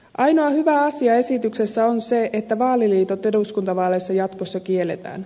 ainoa hyvä asia esityksessä on se että vaaliliitot eduskuntavaaleissa jatkossa kielletään